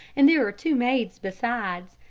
and there are two maids besides,